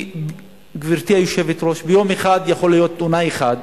גברתי היושבת-ראש, ביום אחד יכולה להיות תאונה אחת